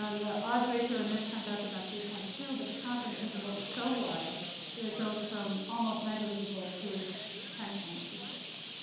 ah the odds ratio in this comes out to but three point two, but the confidence interval is so wide that it goes from almost negligible to ten point two six.